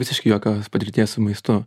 visiškai jokios patirties su maistu